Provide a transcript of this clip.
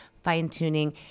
fine-tuning